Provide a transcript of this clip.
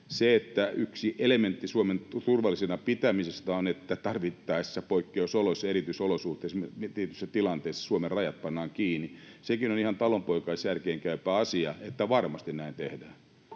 se, että yksi elementti Suomen turvallisena pitämisestä on, että tarvittaessa poikkeusoloissa, erityisolosuhteissa, tietyssä tilanteessa, Suomen rajat pannaan kiinni. Sekin on ihan talonpoikaisjärkeen käypä asia, että varmasti näin tehdään,